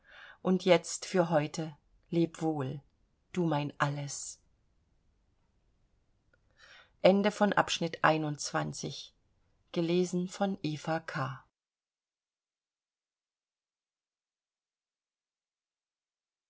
und jetzt für heute leb wohl du mein alles